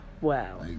Wow